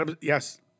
Yes